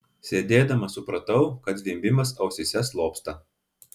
sėdėdama supratau kad zvimbimas ausyse slopsta